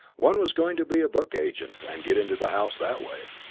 one was going to be a book agent and get into the house that way.